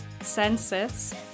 census